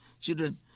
children